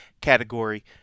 category